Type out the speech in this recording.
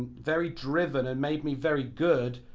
very driven, and made me very good.